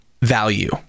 value